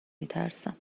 میترسم